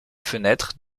fenêtres